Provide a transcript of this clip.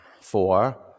Four